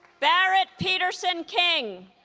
barrett peterson king